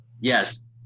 yes